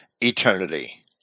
eternity